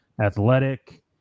athletic